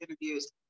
interviews